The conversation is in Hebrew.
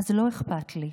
אז זה לא אכפת לי.